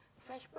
fresh